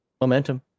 momentum